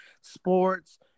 sports